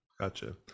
gotcha